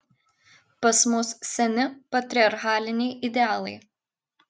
pas mus seni patriarchaliniai idealai